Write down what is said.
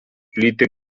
plyti